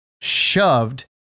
shoved